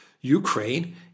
Ukraine